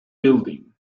building